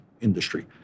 industry